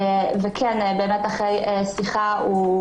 אחרי שיחה אנחנו